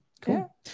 cool